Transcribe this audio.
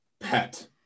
pet